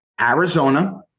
Arizona